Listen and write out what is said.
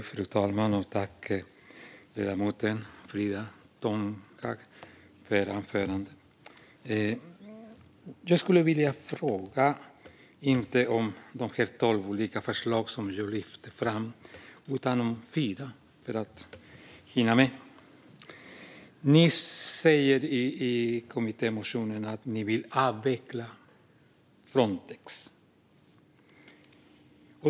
Fru talman! Tack, Frida Tånghag, för anförandet! Jag skulle vilja fråga, inte om de tolv olika förslag som jag lyfte fram utan om fyra, för att hinna med. För det första: Ni säger i kommittémotionen att ni vill avveckla Frontex.